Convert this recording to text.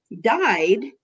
died